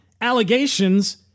allegations